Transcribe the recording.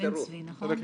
מבן צבי, נכון?